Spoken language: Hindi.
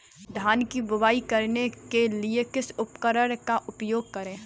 धान की बुवाई करने के लिए किस उपकरण का उपयोग करें?